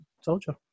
Soldier